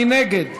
מי נגד?